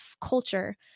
culture